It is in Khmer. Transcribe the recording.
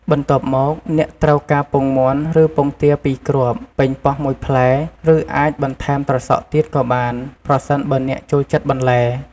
បន្ទាប់មក អ្នកត្រូវការពងមាន់ ឬពងទាពីរគ្រាប់ ប៉េងប៉ោះមួយផ្លែ ឬអាចបន្ថែមត្រសក់ទៀតក៏បាន ប្រសិនបើអ្នកចូលចិត្តបន្លែ។